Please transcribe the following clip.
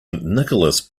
nicholas